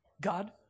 God